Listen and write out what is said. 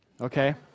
okay